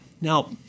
Now